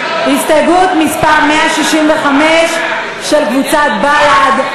להסתייגות מס' 163 של קבוצת בל"ד.